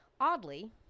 Oddly